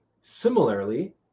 Similarly